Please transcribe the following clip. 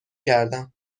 کردم